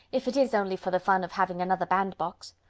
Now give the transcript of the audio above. if it is only for the fun of having another bandbox!